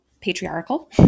patriarchal